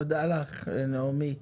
תודה לך נעמי.